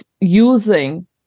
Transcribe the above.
using